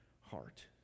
heart